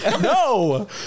no